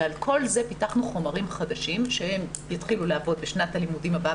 ועל כל זה פיתחנו חומרים חדשים שהם יתחילו לעבוד בשנת הלימודים הבאה,